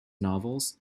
novels